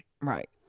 Right